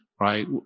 right